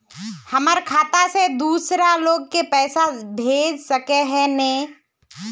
हमर खाता से दूसरा लोग के पैसा भेज सके है ने?